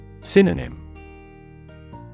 Synonym